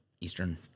eastern